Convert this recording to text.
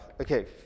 Okay